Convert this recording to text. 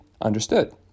understood